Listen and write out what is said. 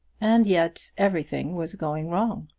and yet everything was going wrong!